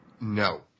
no